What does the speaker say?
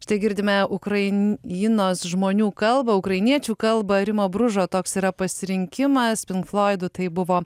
štai girdime ukrainos žmonių kalbą ukrainiečių kalbą rimo bružo toks yra pasirinkimas pink floidų tai buvo